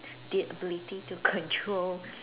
the ability to control